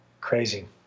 crazy